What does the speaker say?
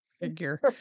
figure